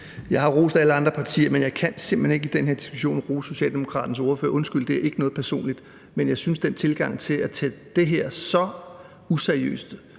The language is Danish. Jeg har rost alle andre partier, men jeg kan simpelt hen ikke i den her diskussion rose Socialdemokraternes ordfører. Undskyld, det er ikke noget personligt, men den tilgang, det at tage det her så useriøst